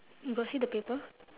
you got see the paper